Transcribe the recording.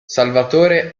salvatore